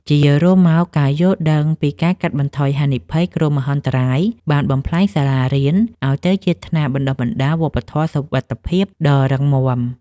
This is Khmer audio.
ជារួមមក ការយល់ដឹងពីការកាត់បន្ថយហានិភ័យគ្រោះមហន្តរាយ បានបំប្លែងសាលារៀនឱ្យទៅជាថ្នាលបណ្ដុះនូវវប្បធម៌សុវត្ថិភាពដ៏រឹងមាំ។